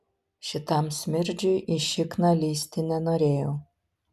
šitam smirdžiui į šikną lįsti nenorėjau